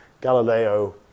Galileo